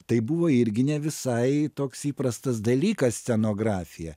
tai buvo irgi ne visai toks įprastas dalykas scenografija